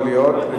יכול להיות.